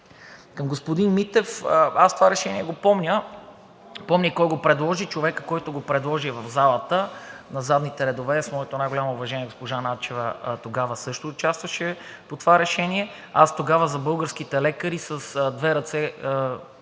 Към господин Митев, аз това решение го помня, помня и кой го предложи. Човекът, който го предложи, е в залата на задните редове. С моето най-голямо уважение, госпожа Начева тогава също участваше по това решение. Тогава за българските лекари с две ръце